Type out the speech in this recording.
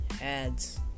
ads